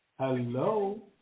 Hello